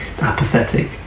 apathetic